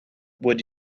would